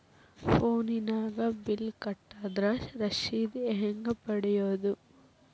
ಫೋನಿನಾಗ ಬಿಲ್ ಕಟ್ಟದ್ರ ರಶೇದಿ ಹೆಂಗ್ ಪಡೆಯೋದು?